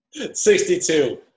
62